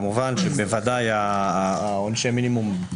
כמובן שבוודאי עונשי מינימום,